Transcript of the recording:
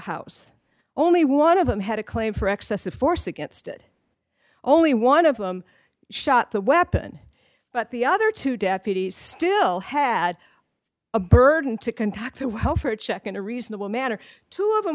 house only one of them had a claim for excessive force against it only one of them shot the weapon but the other two deputies still had a burden to contact the welfare check in a reasonable manner two of them